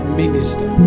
minister